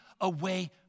away